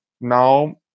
now